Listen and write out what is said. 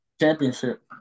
championship